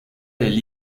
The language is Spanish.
del